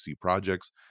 projects